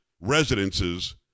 residences